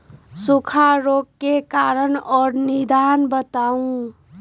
सूखा रोग के कारण और निदान बताऊ?